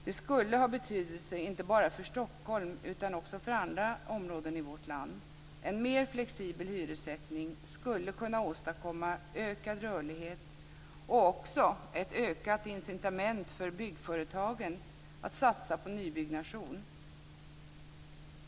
Det skulle få betydelse inte bara för Stockholm utan också för andra områden i vårt land. En mer flexibel hyressättning skulle kunna åstadkomma ökad rörlighet - och också ett ökat incitament för byggföretagen att satsa på nybyggnation.